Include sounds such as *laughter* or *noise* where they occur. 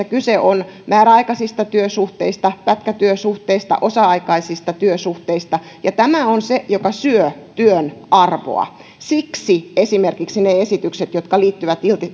*unintelligible* kyse on määräaikaisista työsuhteista pätkätyösuhteista osa aikaisista työsuhteista ja tämä on se mikä syö työn arvoa siksi esimerkiksi ne esitykset jotka liittyvät